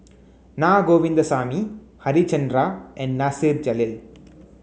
Na Govindasamy Harichandra and Nasir Jalil